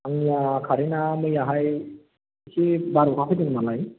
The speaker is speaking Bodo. आंनिया कारेन्टआ मैयाहाय एसे बार अखा फैदोंमोन नालाय